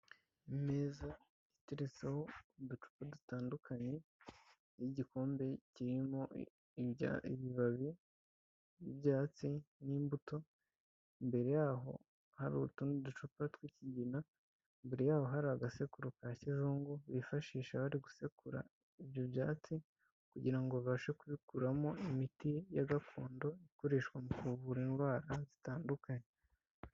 Ameza ateretseho uducupa dutandukanye n'igikombe kirimo ibibabi by'ibyatsi n'imbuto, imbere yaho hari utundi ducupa tw'ikigina, imbere yaho hari agasekuru ka kizungu bifashisha bari gusekura ibyo byatsi kugira ngo babashe kubikuramo imiti ya gakondo ikoreshwa mu kuvura indwara zitandukanye.